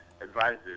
advisors